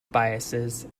biases